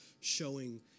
showing